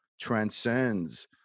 transcends